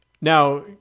Now